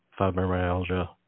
Fibromyalgia